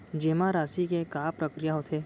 जेमा राशि के का प्रक्रिया होथे?